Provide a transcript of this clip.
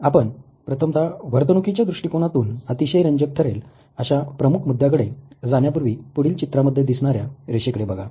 आपण प्रथमता वर्तणुकीच्या दृष्टीकोनातून अतिशय रंजक ठरेल अशा प्रमुख मुद्याकडे जाण्यापूर्वी पुढील चित्रामध्ये दिसणाऱ्या रेषेकडे बघा